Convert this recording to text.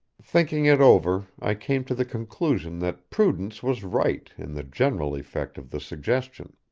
thinking it over i came to the conclusion that prudence was right in the general effect of the suggestion.